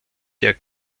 der